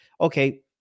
Okay